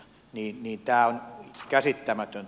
tämä on käsittämätöntä